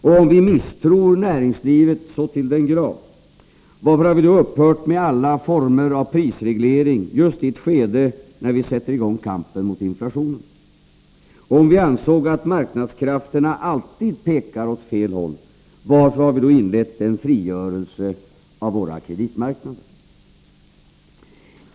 Och om vi misstror näringslivet så till den grad — varför har vi då upphört med alla former av prisreglering just i ett skede när vi sätter i gång kampen mot inflationen? Och om vi ansåg att marknadskrafterna alltid pekar åt fel håll — varför har vi då inlett en frigörelse av våra kreditmarknader?